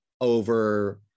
over